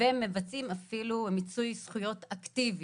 ומבצעים אפילו מיצוי זכויות אקטיבי,